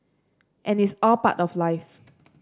and it's all part of life